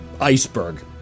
iceberg